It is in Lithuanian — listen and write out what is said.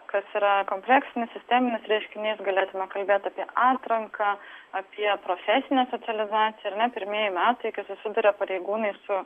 kas yra kompleksinis sisteminis reiškinys galėtumėm kalbėt apie atranką apie profesinę specializaciją ar ne pirmieji metai kai susiduria pareigūnai su